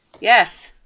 Yes